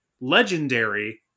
legendary